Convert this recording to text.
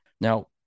Now